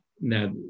Now